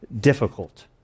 difficult